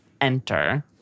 enter